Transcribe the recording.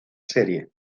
serie